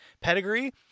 pedigree